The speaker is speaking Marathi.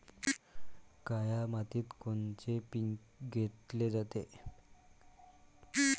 काळ्या मातीत कोनचे पिकं घेतले जाते?